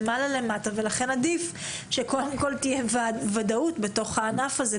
ולכן עדיף שתהיה ודאות בענף הזה.